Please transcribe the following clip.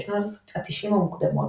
בשנות ה־90 המוקדמות,